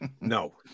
no